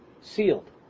sealed